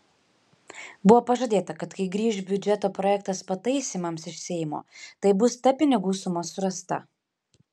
buvo pažadėta kad kai grįš biudžeto projektas pataisymams iš seimo tai bus ta pinigų suma surasta